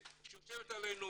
שיושבת עלינו